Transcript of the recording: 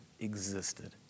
existed